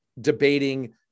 debating